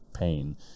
pain